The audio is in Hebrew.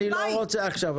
אני לא רוצה עכשיו.